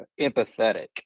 empathetic